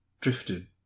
drifted